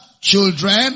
children